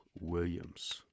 Williams